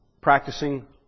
Practicing